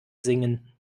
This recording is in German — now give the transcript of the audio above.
singen